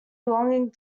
belonging